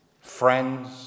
friends